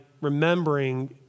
remembering